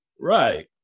Right